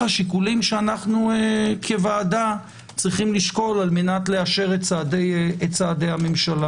השיקולים שאנו כוועדה צריכים לשקול על-מנת לאשר את צעדי הממשלה.